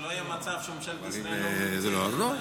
שלא יהיה מצב שממשלת ישראל לא --- אם לא אז לא.